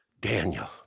Daniel